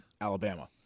alabama